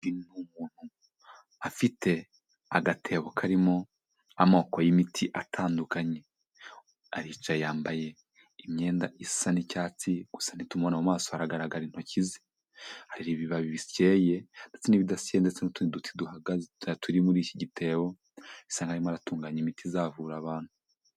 Afite agatebo karimo amoko y'imiti atandukanye, aricaye yambaye imyenda isa n'icyatsi, gusa ntitumubona mu maso hagaragara intoki ze, hari ibibabi bisyeye ndetse n'ibidasyeye ndetse n'utundi duti duhagaze, turi muri iki gitebo bisa nkaho arimo aratunganya imiti izavura abantu.